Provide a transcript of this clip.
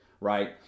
right